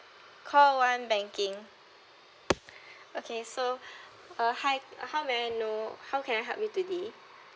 call one banking okay so uh hi uh how may I know how can I help you today